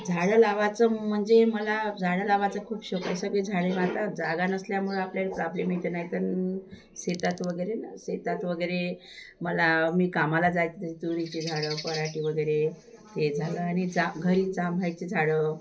झाडं लावायचं म्हणजे मला झाडं लावायचं खूप शौक आहे सगळेच झाडे मारतात जागा नसल्यामुळं आपल्याला प्रॉब्लेम येते नाही तर शेतात वगैरे न शेतात वगैरे मला मी कामाला जायचे तुरीची झाडं पराटी वगैरे ते झालं आणि जांभ घरी जांभाची झाडं